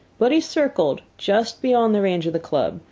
but he circled just beyond the range of the club,